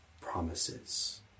promises